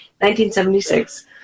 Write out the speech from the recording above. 1976